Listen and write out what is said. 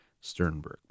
Sternberg